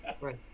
right